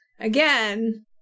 Again